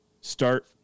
start